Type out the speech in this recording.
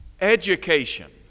education